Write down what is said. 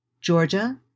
Georgia